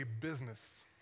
business